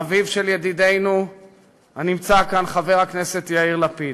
אביו של ידידנו הנמצא כאן, חבר הכנסת יאיר לפיד.